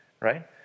right